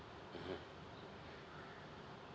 mmhmm